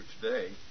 today